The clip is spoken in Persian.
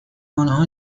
آنها